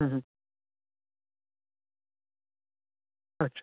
अच्छा